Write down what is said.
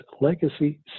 Legacy